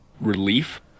relief